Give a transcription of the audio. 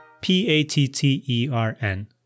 P-A-T-T-E-R-N